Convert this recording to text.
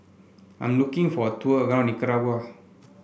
I'm looking for tour around Nicaragua